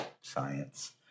science